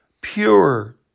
pure